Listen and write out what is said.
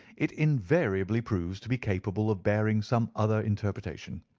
it invariably proves to be capable of bearing some other interpretation.